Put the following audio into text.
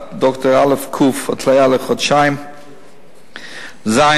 ד"ר א"ק, התליה לחודשיים, ז.